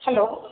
hello